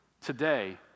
Today